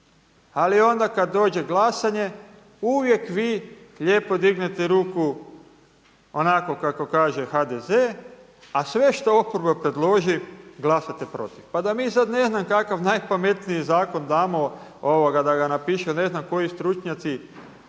ali onda kada dođe glasanje uvijek vi lijepo dignete ruku onako kako kaže HDZ, a sve što oporba predloži glasate protiv. Pa da mi sada ne znam kakav najpametniji zakon damo da ga napiše ne znam koji stručnjaci